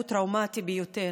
הוא טראומטי ביותר,